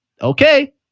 okay